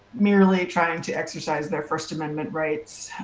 merely trying to exercise their first amendment rights.